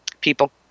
People